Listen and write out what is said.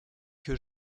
que